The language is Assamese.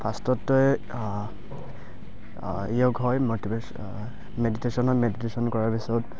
ফাৰ্ষ্টতে য়োগ হয় মটিভেচ মেডিটেশ্যন হয় মেডিটেশ্যন কৰাৰ পিছত